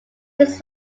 his